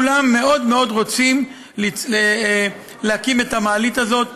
כולם מאוד מאוד רוצים להקים את המעלית הזאת.